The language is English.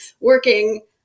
working